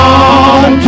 on